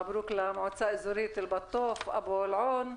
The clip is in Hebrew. מברוק למועצה האזורית אל-בטוף, אבו אל-עון,